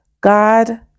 God